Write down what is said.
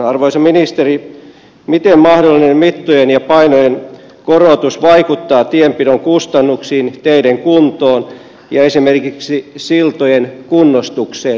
arvoisa ministeri miten mahdollinen mittojen ja painojen korotus vaikuttaa tienpidon kustannuksiin teiden kuntoon ja esimerkiksi siltojen kunnostukseen